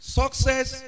success